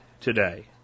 today